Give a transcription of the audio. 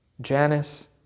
Janice